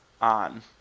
on